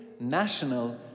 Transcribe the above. National